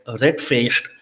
red-faced